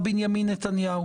הם נימקו.